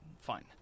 Fine